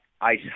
ice